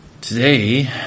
Today